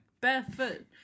barefoot